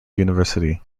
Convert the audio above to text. university